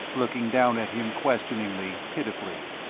looking down at him questioningly, pitifully.